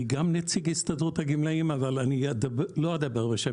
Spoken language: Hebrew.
גם אני נציג הסתדרות הגמלאים אבל לא אדבר בשם